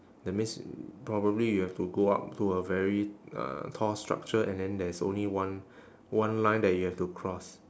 that means probably you have to go up to a very uh tall structure and then there is only one one line that you have to cross